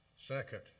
Second